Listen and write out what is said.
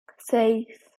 seis